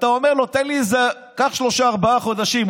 ואתה אומר לו: קח שלושה-ארבעה חודשים.